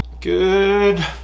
Good